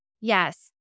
Yes